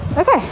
Okay